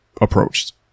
approached